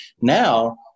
Now